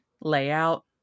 layout